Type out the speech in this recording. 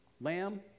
lamb